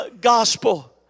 gospel